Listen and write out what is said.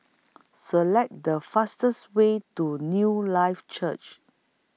Select The fastest Way to Newlife Church